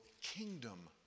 kingdom